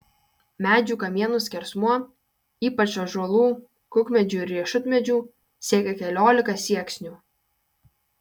medžių kamienų skersmuo ypač ąžuolų kukmedžių ir riešutmedžių siekė keliolika sieksnių